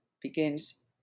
begins